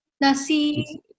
Nasi